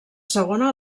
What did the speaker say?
segona